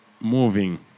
moving